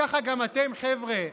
ככה גם אתם, חבר'ה.